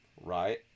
right